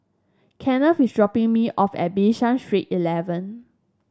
Kenneth is dropping me off at Bishan Street Eleven